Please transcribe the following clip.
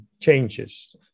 changes